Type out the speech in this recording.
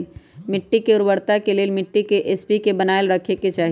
मिट्टी के उर्वरता के लेल मिट्टी के पी.एच के बनाएल रखे के चाहि